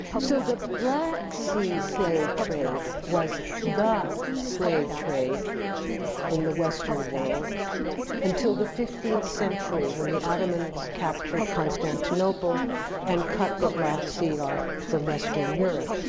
so, the black sea slave trade was the slave trade in the western world until the fifteenth century when the ottomans captured constantinople and cut the black sea off from western europe.